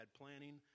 planning